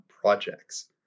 projects